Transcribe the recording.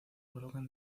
colocan